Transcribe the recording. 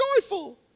joyful